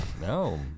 No